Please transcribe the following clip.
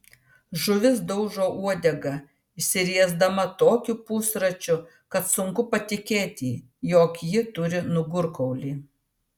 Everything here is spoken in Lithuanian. žuvis daužo uodega išsiriesdama tokiu pusračiu kad sunku patikėti jog ji turi nugarkaulį